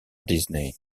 disney